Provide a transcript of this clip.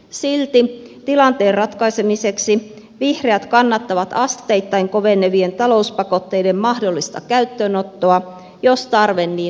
silti tilanteen ratkaisemiseksi vihreät kannattavat asteittain kovenevien talouspakotteiden mahdollista käyttöönottoa jos tarve niin osoittaa